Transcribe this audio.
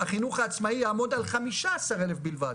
החינוך העצמאי יעמוד על 15,000 בלבד